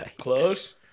Close